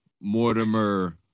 Mortimer